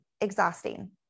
exhausting